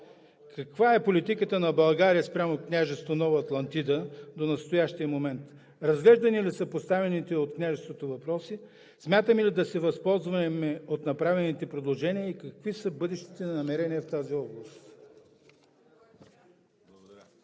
каква е политиката на България спрямо Княжество Нова Атлантида до настоящия момент? Разглеждани ли са поставените от Княжеството въпроси? Смятаме ли да се възползваме от направените предложения? Какви са бъдещите ни намерения в тази област?